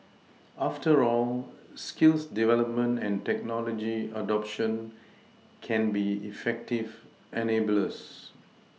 after all skills development and technology adoption can be effective enablers